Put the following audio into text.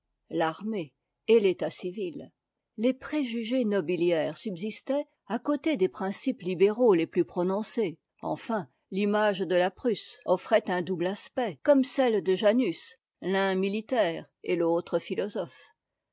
l'armée et l'état civil les préjugés nobiliaires subsistaient à côté des principes libéraux les plus prononcés enfin l'image de la prusse offrait un double aspect comme celle de janus l'un militaire et l'autre philosophe